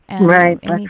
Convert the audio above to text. Right